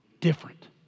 Different